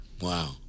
Wow